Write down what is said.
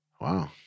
wow